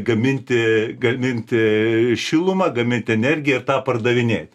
gaminti gaminti šilumą gamint energiją ir tą pardavinėti